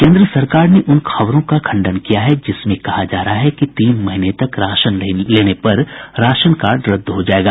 केन्द्र सरकार ने उन खबरों का खंडन किया है जिसमें कहा जा रहा है कि तीन महीने तक राशन नहीं लेने पर राशन कार्ड रद्द हो जायेगा